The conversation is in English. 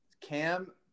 Cam